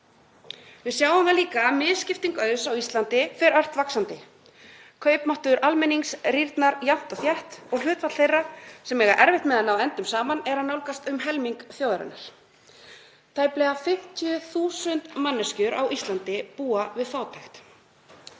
Við sjáum líka að misskipting auðs á Íslandi fer ört vaxandi. Kaupmáttur almennings rýrnar jafnt og þétt og hlutfall þeirra sem eiga erfitt með að ná endum saman er að nálgast um helming þjóðarinnar. Tæplega 50.000 manneskjur á Íslandi búa við fátækt